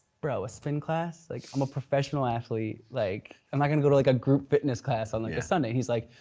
bro a spin class? like i'm a professional athlete, like am i gonna go to like a group fitness class on like a sunday. and he's like,